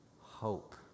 hope